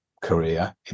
career